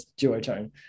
duotone